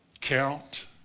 Count